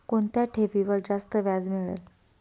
कोणत्या ठेवीवर जास्त व्याज मिळेल?